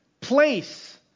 place